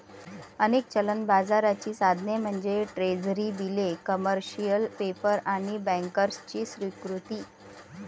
अनेक चलन बाजाराची साधने म्हणजे ट्रेझरी बिले, कमर्शियल पेपर आणि बँकर्सची स्वीकृती